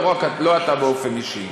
לא אתה באופן אישי.